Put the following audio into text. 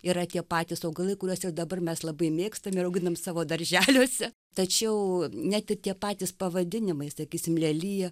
yra tie patys augalai kuriuos ir dabar mes labai mėgstam ir auginam savo darželiuose tačiau net ir tie patys pavadinimai sakysim lelija